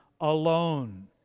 alone